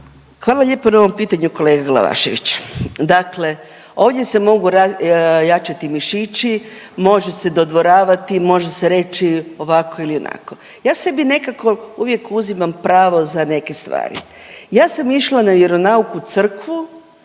Hvala lijepo na ovom pitanju, kolega Glavašević. Dakle, ovdje se mogu jačati mišići, može se dodvoravati, može se reći ovako ili onako. Ja sebi nekako uvijek uzimam pravo za neke stvari, ja sam išla na vjeronauk u crkvu